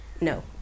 No